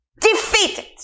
Defeated